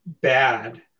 bad